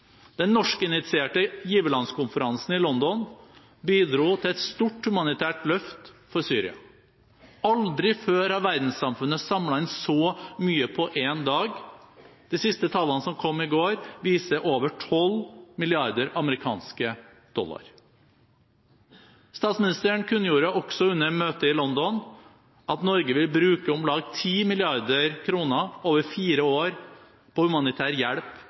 Den norskinitierte giverlandskonferansen i London bidro til et stort humanitært løft for Syria. Aldri før har verdenssamfunnet samlet inn så mye på én dag. De siste tallene, som kom i går, viser over 12 mrd. amerikanske dollar. Statsministeren kunngjorde også under møtet i London at Norge vil bruke omlag 10 mrd. kr over fire år på humanitær hjelp